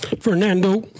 Fernando